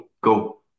go